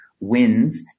wins